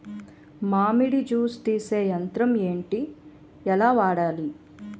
మామిడి జూస్ తీసే యంత్రం ఏంటి? ఎలా వాడాలి?